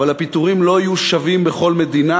אבל הפיטורים לא יהיו שווים בכל מדינה,